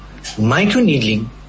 Microneedling